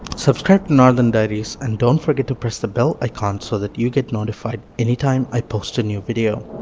subscribe to northern diaries, and don't forget to press the bell icon so that you get notified anytime i post a new video.